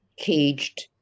caged